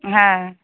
হ্যাঁ